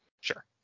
Sure